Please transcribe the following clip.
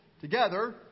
together